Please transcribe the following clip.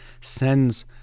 sends